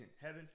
Heaven